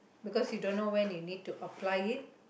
because you don't know when you need to apply it